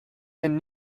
and